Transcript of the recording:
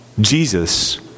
Jesus